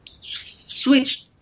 switch